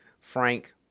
Frank